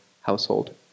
household